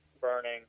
burning